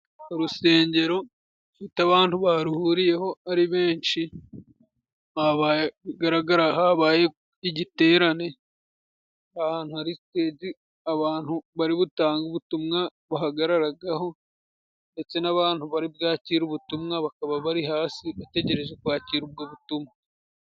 Urusengero rufite abantu baruhuriyeho ari benshi, bigaragara habaye igiterane, abantu bari butange ubutumwa bahagararagaho, ndetse n'abantu bari bwakire ubutumwa bakaba bari hasi bategereje kwakira ubwo butumwa.